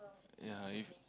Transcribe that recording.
ya if